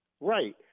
Right